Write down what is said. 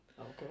Okay